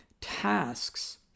tasks